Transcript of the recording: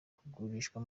kugurishwa